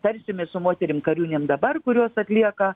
tarsimės su moterim kariūnėm dabar kurios atlieka